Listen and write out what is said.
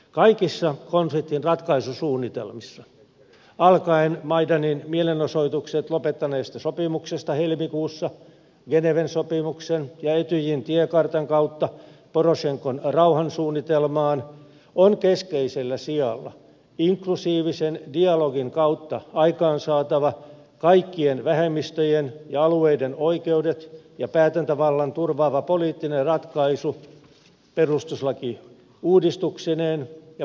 kaikissa konfliktin ratkaisusuunnitelmissa alkaen maidanin mielenosoitukset lopettaneista sopimuksista helmikuussa geneven sopimuksen ja etyjin tiekartan kautta porosenkon rauhansuunnitelmaan on keskeisellä sijalla inklusiivisen dialogin kautta aikaansaatava kaikkien vähemmistöjen ja alueiden oikeudet ja päätäntävallan turvaava poliittinen ratkaisu perustuslakiuudistuksineen ja parlamenttivaaleineen